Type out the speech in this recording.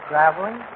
Traveling